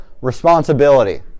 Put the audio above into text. responsibility